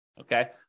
Okay